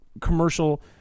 commercial